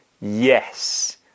yes